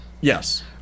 Yes